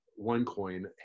OneCoin